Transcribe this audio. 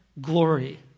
glory